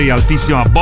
altissima